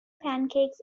pancakes